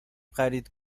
خرید